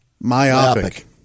Myopic